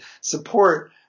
support